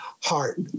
heart